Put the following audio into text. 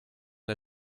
der